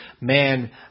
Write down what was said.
man